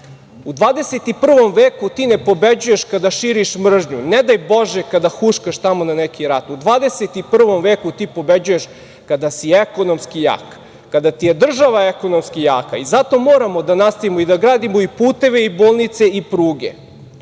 U 21. veku ti ne pobeđuješ kada širiš mržnju, ne daj Bože kada huškaš tamo na neki rat. U 21. veku ti pobeđuješ kada si ekonomski jak, kada ti je država ekonomski jaka i zato moramo da nastavimo i da gradimo i puteve i bolnice i pruge